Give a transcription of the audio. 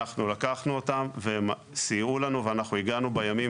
לקחנו אותם והם סייעו לנו והגענו בימים